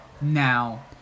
Now